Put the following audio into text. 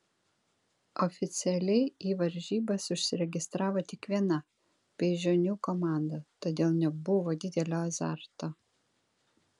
oficialiai į varžybas užsiregistravo tik viena beižionių komanda todėl nebuvo didelio azarto